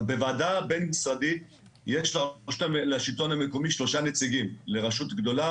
בוועדה הבין משרדית יש לשלטון המקומי שלושה נציגים: לרשות גדולה,